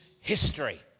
history